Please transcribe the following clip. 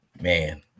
Man